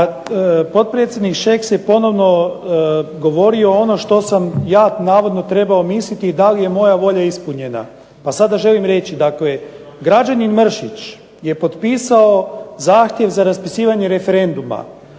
Pa potpredsjednik Šeks je ponovno govorio ono što sam ja navodno trebao misliti i da li je moja volja ispunjena. Pa sada želim reći dakle građanin Mršić je potpisao zahtjev za raspisivanje referenduma